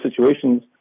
situations